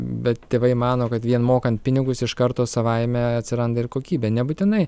bet tėvai mano kad vien mokant pinigus iš karto savaime atsiranda ir kokybė nebūtinai